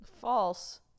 False